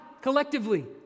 collectively